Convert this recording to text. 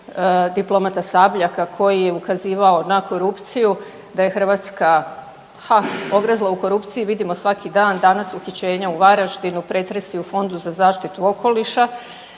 diplomata Sabljaka koji je ukazivao na korupciju da je Hrvatska, haa ogrezla u korupciji vidimo svaki dan, danas uhićenja u Varaždinu, pretresi u Fondu za zaštitu okoliša,